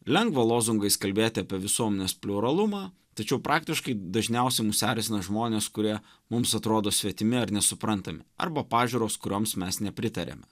lengva lozungais kalbėti apie visuomenės pliuralumą tačiau praktiškai dažniausiai mus erzina žmonės kurie mums atrodo svetimi ar nesuprantami arba pažiūros kurioms mes nepritariame